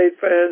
fans